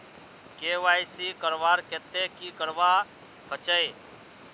KYC करवार केते की करवा होचए?